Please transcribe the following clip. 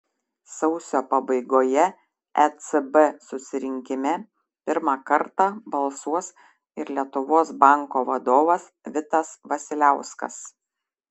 sausio pabaigoje ecb susirinkime pirmą kartą balsuos ir lietuvos banko vadovas vitas vasiliauskas